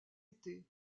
été